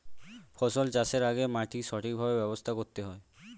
ফসল চাষের আগে মাটির সঠিকভাবে ব্যবস্থা করতে হয়